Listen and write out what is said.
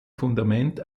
fundament